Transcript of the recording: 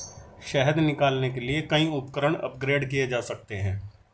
शहद निकालने के लिए कई उपकरण अपग्रेड किए जा सकते हैं